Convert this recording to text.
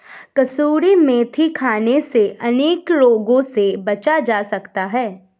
कसूरी मेथी खाने से अनेक रोगों से बचा जा सकता है